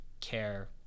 care